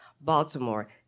Baltimore